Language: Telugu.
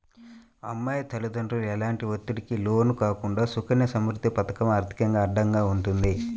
అమ్మాయి తల్లిదండ్రులు ఎలాంటి ఒత్తిడికి లోను కాకుండా సుకన్య సమృద్ధి పథకం ఆర్థికంగా అండగా ఉంటుంది